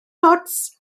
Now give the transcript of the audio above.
ots